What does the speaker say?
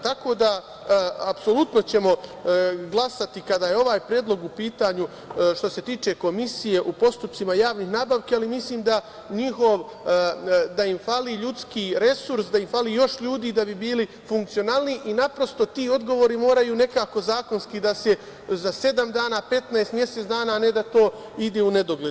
Tako da, apsolutno ćemo glasati kada je ovaj predlog u pitanju, što se tiče Komisije u postupcima javnih nabavki, ali mislim da im fali ljudski resurs, da im fali još ljudi da bi bili funkcionalniji, naprosto ti odgovori moraju nekako zakonski da se za sedam dana, 15, mesec dana, a ne da to ide u nedogled.